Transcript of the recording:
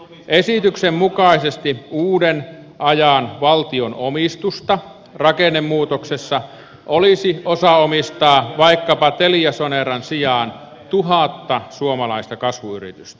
esityksen mukaisesti uuden ajan valtion omistusta rakennemuutoksessa olisi osaomistaa vaikkapa teliasoneran sijaan tuhatta suomalaista kasvuyritystä